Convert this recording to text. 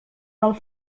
del